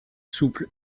souple